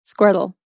Squirtle